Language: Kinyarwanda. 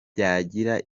byagira